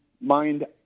mind